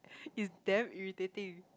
is damn irritating